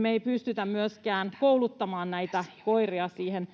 me ei pystytä myöskään kouluttamaan näitä koiria siihen